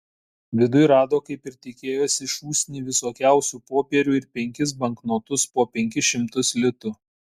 viduj rado kaip ir tikėjosi šūsnį visokiausių popierių ir penkis banknotus po penkis šimtus litų